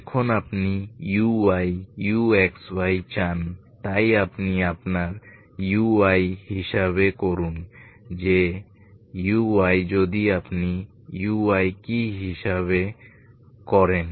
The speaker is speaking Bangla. এখন আপনি uy uxy চান তাই আপনি আপনার uy হিসাব করুন যে uy যদি আপনি uy কি হিসাব করেন